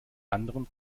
anderen